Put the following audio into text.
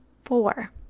Four